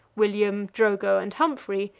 william, drogo, and humphrey,